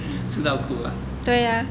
吃到哭啊